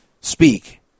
speak